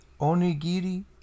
Onigiri